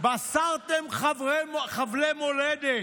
מסרתם חבלי מולדת.